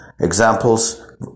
Examples